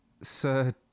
Sir